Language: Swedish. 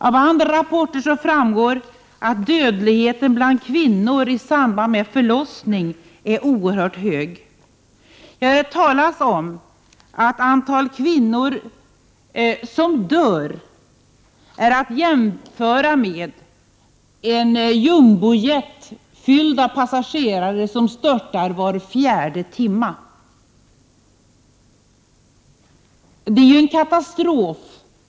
Av andra rapporter framgår att dödligheten bland kvinnor i samband med förlossningar är oerhört hög. Det talas om att antalet kvinnor som dör är att jämföra med att ett jumbojetplan fullt av passagerare störtar var fjärde timme.